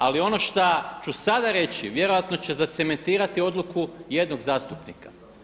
Ali ono šta ću sada reći, vjerojatno će zacementirati odluku jednog zastupnika.